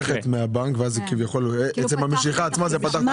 כשאת מושכת מהבנק, בעצם המשיכה עצמה פתחת אירוע.